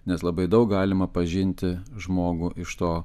nes labai daug galima pažinti žmogų iš to